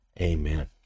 Amen